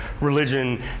religion